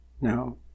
Now